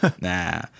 Nah